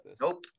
Nope